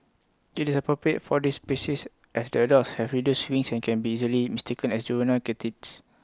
IT is appropriate for this species as the adults have reduced wings and can be easily mistaken as juvenile katydids